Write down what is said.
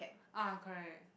ah correct